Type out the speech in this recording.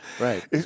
Right